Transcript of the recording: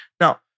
now